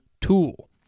tool